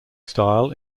style